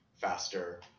faster